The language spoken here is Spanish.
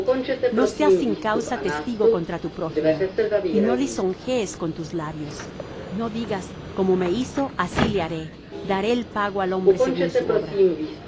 no seas sin causa testigo contra tu prójimo y no lisonjees con tus labios no digas como me hizo así le haré daré el pago al hombre según su obra